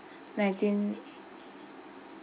nineteenth